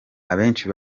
abenshi